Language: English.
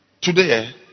Today